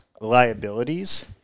liabilities